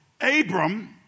Abram